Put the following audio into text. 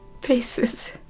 faces